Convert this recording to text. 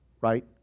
right